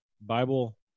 Bible